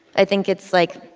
i think it's, like,